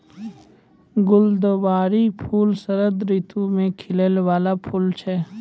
गुलदावरी फूल शरद ऋतु मे खिलै बाला फूल छै